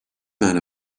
man